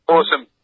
Awesome